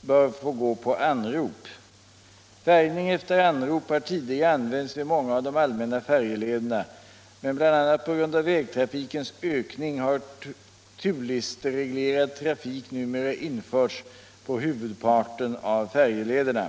bör få gå på anrop. Färjning efter anrop har tidigare använts vid många av de allmänna trafik numera införts på huvudparten av färjlederna.